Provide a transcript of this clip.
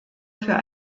für